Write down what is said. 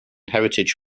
heritage